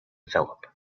phillip